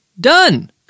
Done